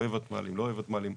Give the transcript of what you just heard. אם לא יהיה ותמ"לים.